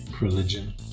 Religion